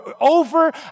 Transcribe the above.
over